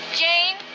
jane